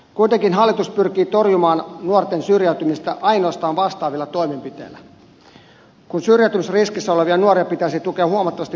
kuitenkin hallitus pyrkii torjumaan nuorten syrjäytymistä ainoastaan vastaavilla toimenpiteillä kun syrjäytymisriskissä olevia nuoria pitäisi tukea huomattavasti kokonaisvaltaisemmin